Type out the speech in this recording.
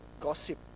Gossip